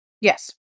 Yes